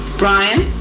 brian.